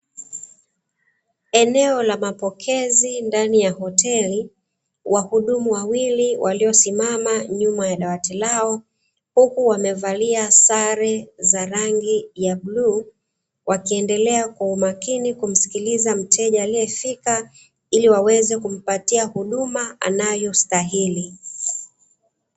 Eneo la mapokezi ndani ya hoteli, wahudumu wawili waliosimama nyuma ya dawati lao huku wamevalia sare za rangi ya bluu, wakiendelea kwa umakini kumsikiliza mteja aliyefika ili waweze kumpatia huduma anayostahili.